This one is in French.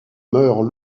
meurt